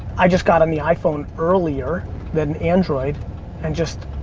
i just got on the iphone earlier than android and just,